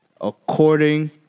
according